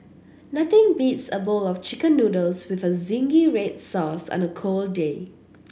nothing beats a bowl of chicken noodles with zingy red sauce on a cold day